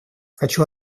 хочу